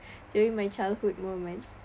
during my childhood moments